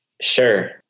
Sure